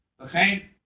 Okay